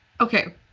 Okay